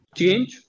change